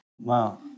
Wow